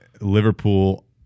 Liverpool